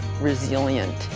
resilient